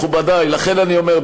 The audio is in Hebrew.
מכובדי, לכן אני אומר,